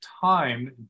time